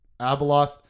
Abeloth